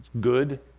good